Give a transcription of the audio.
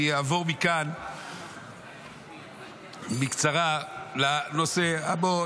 אני אעבור מכאן בקצרה לנושא הבא.